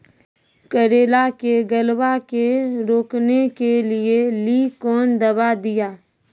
करेला के गलवा के रोकने के लिए ली कौन दवा दिया?